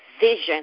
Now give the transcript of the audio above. vision